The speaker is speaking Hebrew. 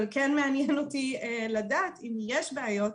אבל כן מעניין אותי לדעת אם יש בעיות.